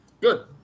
Good